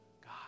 God